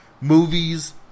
Movies